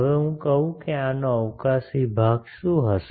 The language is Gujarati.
હવે હું કહું કે આનો અવકાશી ભાગ શું હશે